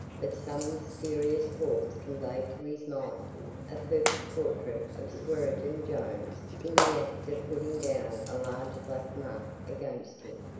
but some mysterious force conveyed to his mind a perfect portrait of swearengen jones in the act of putting down a large black mark against him,